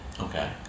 Okay